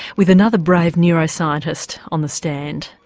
with another brave neuroscientist on the stand.